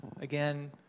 again